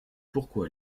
pourquoi